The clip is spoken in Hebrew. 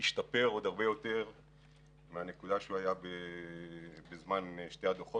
והשתפר הרבה מהנקודה שהוא היה בזמן שני הדוחות